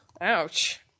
Ouch